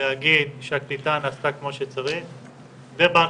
להגיד שהקליטה נעשתה כפי שצריך ובהנחייה